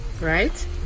right